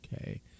Okay